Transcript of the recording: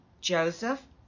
Joseph